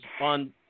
on